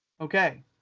Okay